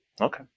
Okay